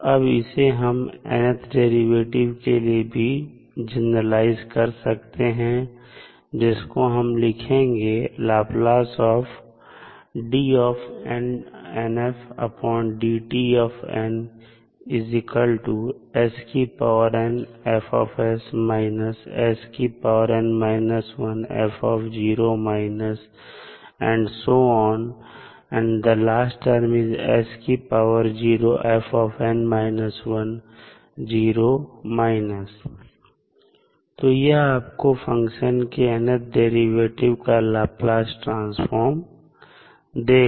अब इसे हम nth डेरिवेटिव के लिए भी जनरलाइज कर सकते हैं जिसको हम लिखेंगे तो यह आपको फंक्शन के nth डेरिवेटिव का लाप्लास ट्रांसफॉर्म देगा